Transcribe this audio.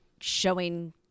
showing